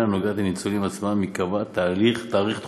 נוגעת לניצולים עצמם ייקבע תאריך תחולה,